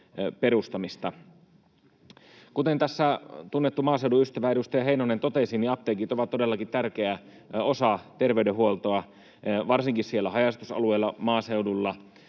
perustamista. Kuten tässä tunnettu maaseudun ystävä, edustaja Heinonen totesi, apteekit ovat todellakin tärkeä osa terveydenhuoltoa, varsinkin siellä haja-asutusalueella, maaseudulla.